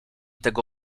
tego